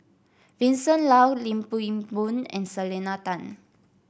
Vincent Leow Lim Boon and Selena Tan